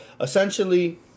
essentially